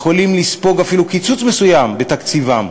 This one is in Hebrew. יכולים לספוג אפילו קיצוץ מסוים בתקציבם,